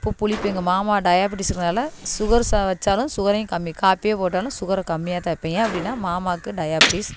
உப்பு புளிப்பு எங்க மாமா டயாபிட்டீஸ்ங்கறனாலே சுகரு ச வச்சாலும் சுகரையும் கம்மி காப்பியே போட்டாலும் சுகரை கம்மியாக தான் வைப்பேன் ஏன் அப்படின்னா மாமாக்கு டயாபிட்டீஸ்